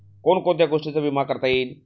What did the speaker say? कोण कोणत्या गोष्टींचा विमा करता येईल?